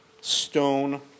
stone